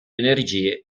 energie